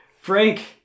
Frank